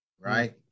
Right